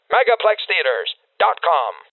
MegaplexTheaters.com